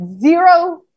zero